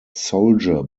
soldier